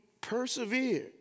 persevered